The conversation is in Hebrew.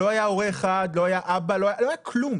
לא היה "הורה1", לא היה "אבא", לא היה כלום.